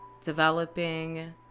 developing